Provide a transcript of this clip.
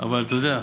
אבל אתה יודע,